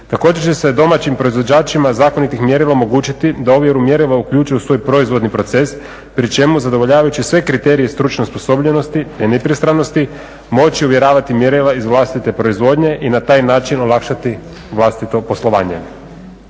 Također će se domaćim proizvođačima zakonitih mjerila omogućiti da ovjeru mjerila uključuju svoj proizvodni proces pri čemu zadovoljavajući sve kriterije stručne osposobljenosti i … moći uvjeravati mjerila iz vlastite proizvodnje i na taj način olakšati vlastito poslovanje.